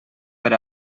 per